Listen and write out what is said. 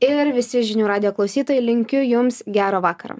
ir visi žinių radijo klausytojai linkiu jums gero vakaro